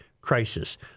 crisis